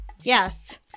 Yes